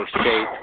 State